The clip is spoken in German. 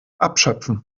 abschöpfen